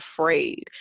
afraid